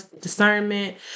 discernment